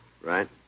Right